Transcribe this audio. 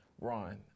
Ron